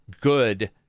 good